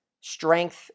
strength